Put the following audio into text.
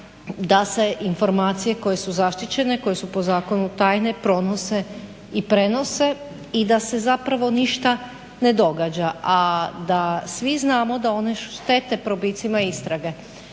da se informacije koje su zaštićene, koje su po zakonu tajne pronose i prenose i da se zapravo ništa ne događa, a da svi znamo da one štete probicima istrage,